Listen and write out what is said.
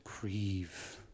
grieve